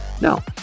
no